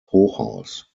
hochhaus